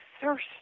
thirst